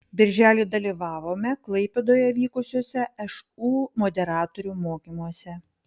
birželį dalyvavome klaipėdoje vykusiuose šu moderatorių mokymuose